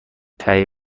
تهیه